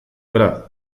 gara